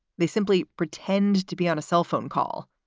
they simply pretend to be on a cell phone call,